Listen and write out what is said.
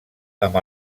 amb